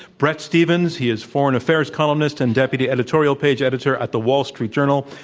bret stephens. he is foreign affairs columnist and deputy editorial page editor at the wall street journal